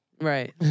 Right